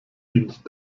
dient